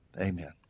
Amen